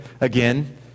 again